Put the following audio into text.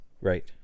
Right